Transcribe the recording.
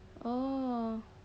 oh